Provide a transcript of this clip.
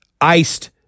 iced